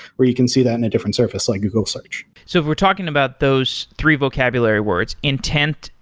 where you can see that in a different surface like google search so if we're talking about those three vocabulary words intent,